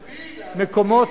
מקומות,